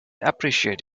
appreciate